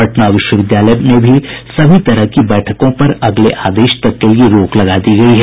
पटना विश्वविद्यालय में भी सभी तरह की बैठकों पर अगले आदेश तक के लिये रोक लगा दी गयी है